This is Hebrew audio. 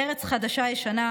ארץ חדשה-ישנה,